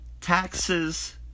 Taxes